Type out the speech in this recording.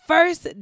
First